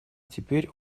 теперь